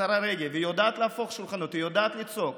היא יודעת להפוך שולחנות, היא יודעת לצעוק,